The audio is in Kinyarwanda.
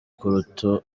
kuruta